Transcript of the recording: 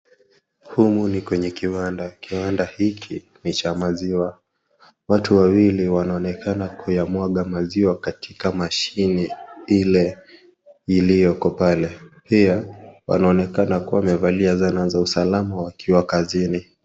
Humu ni kwenye kiwanda, kiwanda hiki ni cha maziwa, watu wawili wanaonekana kutamwaga maziwa katika mashine ile iliyoko pale pia wanaonekana kuwa wamevalia zana za usalama wakiwa kazini.